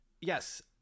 Yes